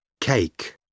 Cake